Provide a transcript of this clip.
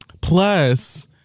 Plus